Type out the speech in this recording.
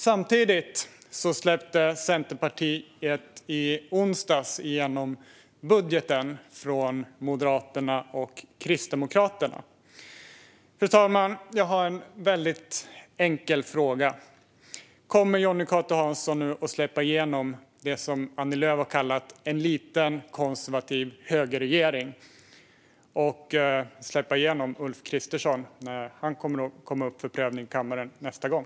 Samtidigt släppte Centerpartiet i onsdags igenom budgeten från Moderaterna och Kristdemokraterna. Fru talman! Jag har en väldigt enkel fråga: Kommer Jonny Cato Hansson nu att släppa igenom det som Annie Lööf har kallat en liten, konservativ högerregering och släppa igenom Ulf Kristersson när han kommer upp för prövning i kammaren nästa gång?